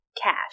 cash